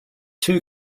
two